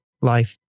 life